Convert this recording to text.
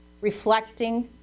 reflecting